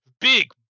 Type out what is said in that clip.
big